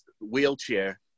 wheelchair